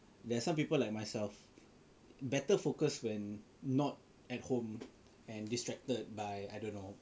there's some people like myself better focused when not at home and distracted by I don't know